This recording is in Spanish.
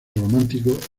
romántico